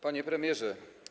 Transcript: Panie Premierze!